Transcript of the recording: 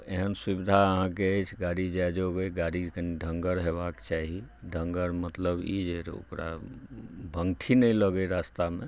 तऽ एहन सुविधा अहाँके अछि गाड़ी जाहि जोगर गाड़ी कनी ढङ्गर हेबाके चाही ढङ्गर मतलब ई जे ओकरा भङ्गठी नहि लागै रास्तामे